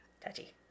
Touchy